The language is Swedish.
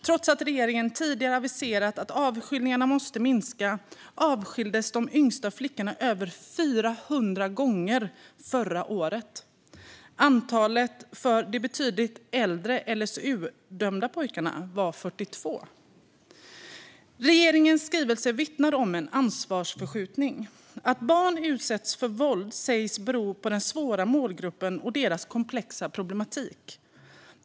Trots att regeringen tidigare har aviserat att avskiljningarna måste minska avskildes de yngsta flickorna över 400 gånger förra året. När det gäller de betydligt äldre LSU-dömda pojkarna var antalet 42. Regeringens skrivelse vittnar om en ansvarsförskjutning. Att barn utsätts för våld sägs bero på den svåra målgruppen och deras komplexa problematik.